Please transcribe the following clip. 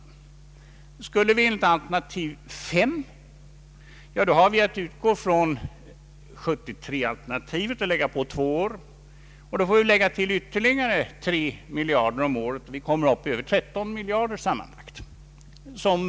Beträffande alternativet 1975 har vi att utgå från 1973-alternativet och fortsätta ytterligare två år. Då får vi lägga till ytterligare 3 miljarder per år och kommer upp i över 13 miljarder sammanlagt.